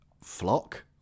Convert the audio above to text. flock